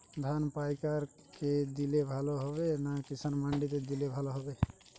ধান পাইকার কে দিলে ভালো হবে না কিষান মন্ডিতে দিলে ভালো হবে?